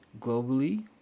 globally